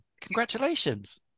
congratulations